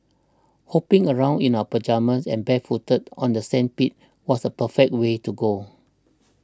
hopping around in our pyjamas and barefooted on the sandpit was the perfect way to go